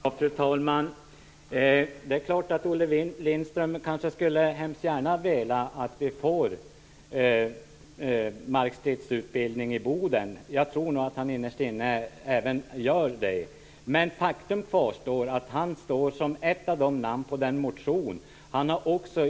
Fru talman! Tydligen ser Olle Lindström väldigt gärna att vi får markstridsutbildning i Boden. Jag tror att han innerst inne vill det. Men Olle Lindströms namn är faktiskt ett av namnen under motionen i fråga.